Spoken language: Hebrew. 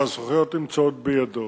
שהזכויות נמצאות בידו,